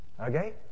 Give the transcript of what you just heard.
Okay